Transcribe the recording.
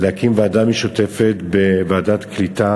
להקים ועדה משותפת של ועדת הקליטה